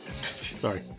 sorry